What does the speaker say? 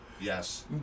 Yes